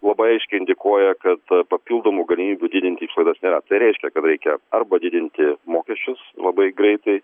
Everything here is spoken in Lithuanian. labai aiškiai indikuoja kad papildomų galimybių didinti išlaidas nėra tai reiškia kad reikia arba didinti mokesčius labai greitai